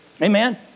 Amen